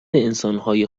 انسانهای